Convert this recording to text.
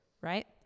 right